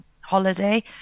holiday